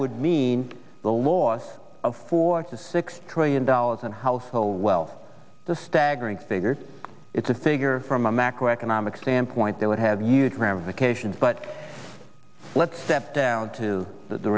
would mean the loss of four to six trillion dollars in household well the staggering figures it's a figure from a macro economic standpoint that would have huge ramifications but let's step down to the